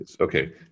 Okay